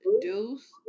Deuce